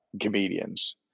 comedians